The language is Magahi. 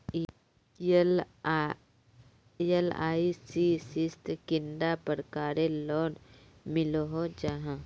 एल.आई.सी शित कैडा प्रकारेर लोन मिलोहो जाहा?